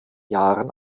jahren